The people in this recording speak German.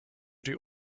die